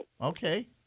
okay